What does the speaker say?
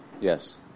yes